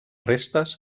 restes